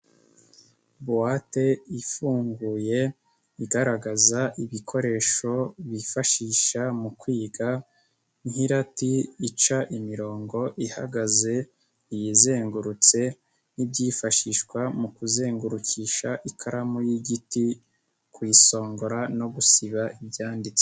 Buwate ifunguye, igaragaza ibikoresho bifashisha mu kwiga nk'irati ica imirongo ihagaze, iyizengurutse n'ibyifashishwa mu kuzengurukisha ikaramu y'igiti, kuyisongora no gusiba ibyanditse.